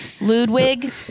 Ludwig